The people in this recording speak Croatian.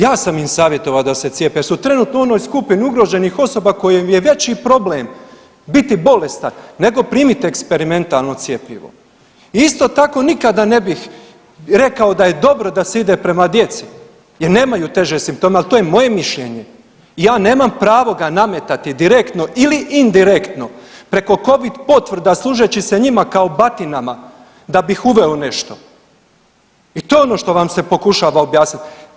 Ja sam im savjetovao da se cijepe jer su trenutno u onoj skupini ugroženih osoba kojima je veći problem biti bolestan nego primiti eksperimentalno cjepivo i isto tako nikada ne bih rekao da je dobro da se ide prema djeci jer nemaju teže simptome, ali to je moje mišljenje i ja nemam pravo ga nametati direktno ili direktno preko Covid potvrda služeći se njima kao batinama da bih uveo nešto i to je ono što vam se pokušava objasniti.